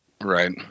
Right